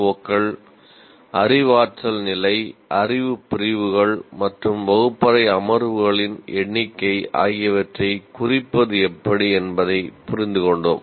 ஓக்கள் அறிவாற்றல் நிலை அறிவு பிரிவுகள் மற்றும் வகுப்பறை அமர்வுகளின் எண்ணிக்கை ஆகியவற்றைக் குறிப்பது எப்படி என்பதைப் புரிந்துகொண்டோம்